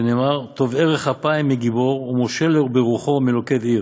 שנאמר 'טוב ארך אפים מגבור ומשל ברוחו מלכד עיר'.